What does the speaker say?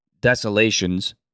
desolations